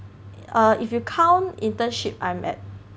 err if you count internship I'm at